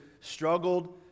struggled